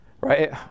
right